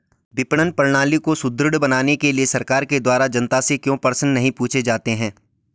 विपणन प्रणाली को सुदृढ़ बनाने के लिए सरकार के द्वारा जनता से क्यों प्रश्न नहीं पूछे जाते हैं?